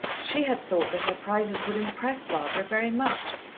she had thought that her prizes would impress barbara very much,